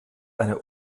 eine